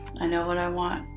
i know what i want.